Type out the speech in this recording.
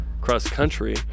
cross-country